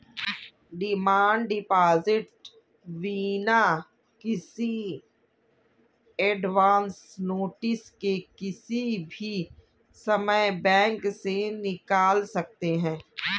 demand deposit बिना किसी advance notice के किसी भी समय बैंक से निकाल सकते है